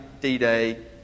D-Day